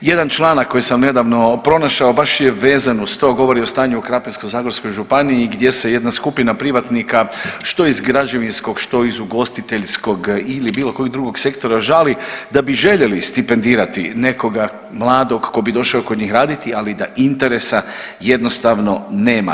Jedan članak koji sam nedavno pronašao, a baš je vezan uz to govori o stanju u Krapinsko-zagorskoj županiji gdje se jedna skupina privatnika što iz građevinskog, što iz ugostiteljskog ili bilo kojeg drugog sektora žali da bi željeli stipendirati nekoga mladog ko bi došao kod njih raditi, ali da interesa jednostavno nema.